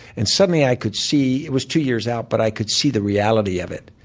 and suddenly i could see it was two years out but i could see the reality of it.